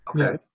Okay